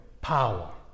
power